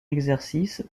exercice